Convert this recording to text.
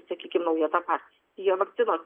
sakykim nauja ta partija vakcinos